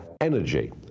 energy